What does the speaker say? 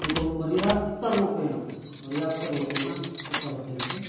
किन्तु पर्याप्तरूपेण पर्याप्तरूपेण उपलभ्यन्ते